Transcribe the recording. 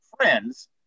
friends